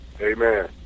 Amen